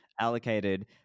allocated